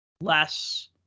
Less